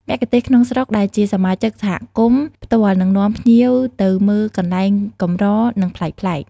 មគ្គុទេស៍ក្នុងស្រុកដែលជាសមាជិកសហគមន៍ផ្ទាល់ នឹងនាំភ្ញៀវទៅមើលកន្លែងកម្រ និងប្លែកៗ។